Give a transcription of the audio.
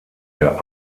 der